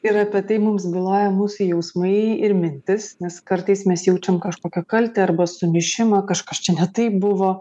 ir apie tai mums byloja mūsų jausmai ir mintys nes kartais mes jaučiam kažkokią kaltę arba sumišimą kažkas čia ne taip buvo